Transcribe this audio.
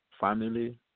family